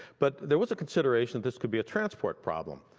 but there was a consideration that this could be a transport problem.